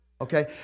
okay